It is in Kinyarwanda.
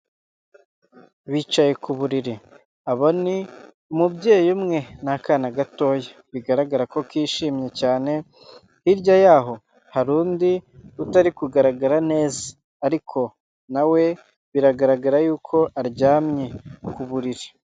Bicaye ku buriri. Abo ni umubyeyi umwe n'akana gatoya bigaragara ko kishimye cyane, hirya yaho hari undi utari kugaragara neza, ariko nawe we biragaragara yuko aryamye ku buriri.